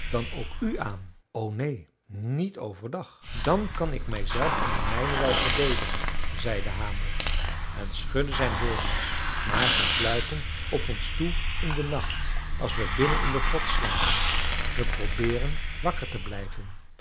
dan ook u aan o neen niet overdag dan kan ik mijzelf en de mijnen wel verdedigen zei de hamel en schudde zijn horens maar ze sluipen op ons toe in den nacht als we binnen in de grot slapen we probeeren wakker te blijven